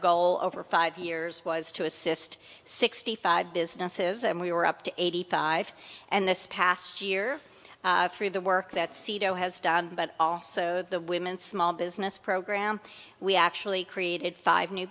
goal over five years was to assist sixty five businesses and we were up to eighty five and this past year three of the work that c d o has done but also the women small business program we actually created five new